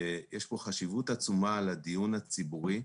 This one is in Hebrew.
יש פה חשיבות עצומה לדיון הציבורי,